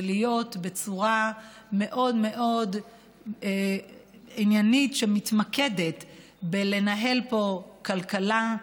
זה להיות בצורה מאוד מאוד עניינית שמתמקדת בלנהל פה כלכלה,